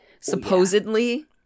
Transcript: supposedly